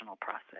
process